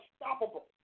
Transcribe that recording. unstoppable